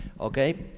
Okay